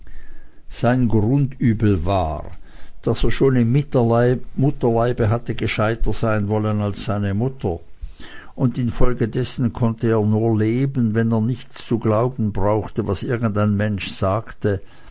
sein grundübel war daß er schon im mutterleibe hatte gescheiter sein wollen als seine mutter und infolgedessen konnte er nur leben wenn er nichts zu glauben brauchte was irgend ein mensch sagte